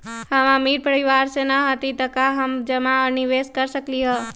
हम अमीर परिवार से न हती त का हम जमा और निवेस कर सकली ह?